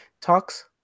talks